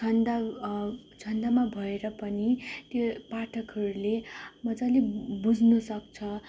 छन्द छन्दमा भएर पनि त्यो पाठकहरूले मजाले बुज्नुसक्छ